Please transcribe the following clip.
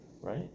right